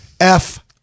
F-